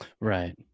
right